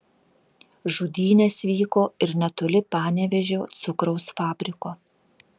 žudynės vyko ir netoli panevėžio cukraus fabriko